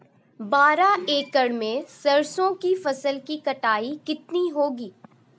बारह एकड़ में सरसों की फसल की कटाई कितनी होगी?